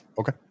Okay